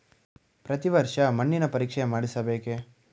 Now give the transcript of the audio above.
ಪ್ರತಿ ವರ್ಷ ಮಣ್ಣಿನ ಪರೀಕ್ಷೆ ಮಾಡಿಸಬೇಕೇ?